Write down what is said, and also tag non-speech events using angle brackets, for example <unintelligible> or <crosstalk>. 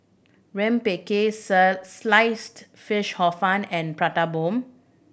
rempeyek <unintelligible> Sliced Fish Hor Fun and Prata Bomb